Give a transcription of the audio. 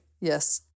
Yes